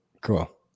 Cool